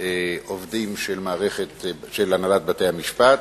עובדים של הנהלת בתי-המשפט,